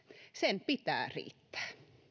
sen pitää riittää